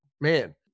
man